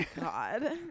god